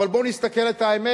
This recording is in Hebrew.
אבל בוא נסתכל על האמת: